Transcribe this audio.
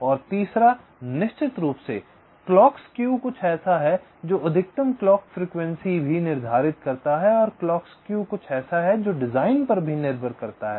और तीसरा निश्चित रूप से क्लॉक स्क्यू कुछ ऐसा है जो अधिकतम क्लॉक फ्रीक्वेंसी भी निर्धारित करता है और क्लॉक स्क्यू कुछ ऐसा है जो डिजाइन पर भी निर्भर करता है